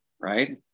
Right